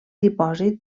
dipòsit